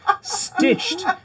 stitched